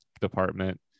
department